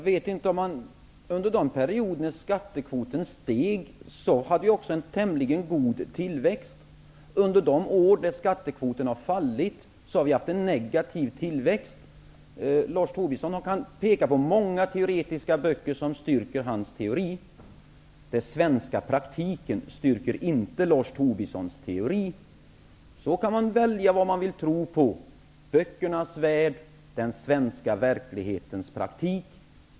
Herr talman! Under de perioder när skattekvoten steg hade vi också en tämligen god tillväxt. Under de år när skattekvoten fallit har vi haft en negativ tillväxt. Lars Tobisson kan peka på många teoretiska böcker som styrker hans teori. Den svenska praktiken styrker inte den teorin. Då kan man välja vad man vill tro på -- böckernas värld eller den svenska praktiken.